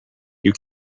you